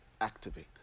activate